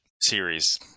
series